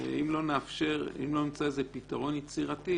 ואם לא נמצא לזה פתרון יצירתי,